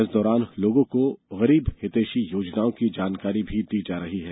इस दौरान र्लागों को गरीब हितैषी योजनाओं की जानकारी भी दी जा रही है